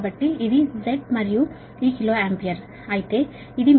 కాబట్టి ఇది మీ Z మరియు ఇది మీ IR ద్వారా కిలో ఆంపియర్ అవుతుంది